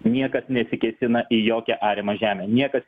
niekas nesikėsina į jokią ariamą žemę niekas